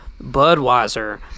Budweiser